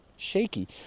shaky